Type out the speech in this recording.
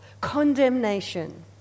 condemnation